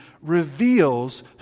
reveals